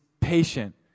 patient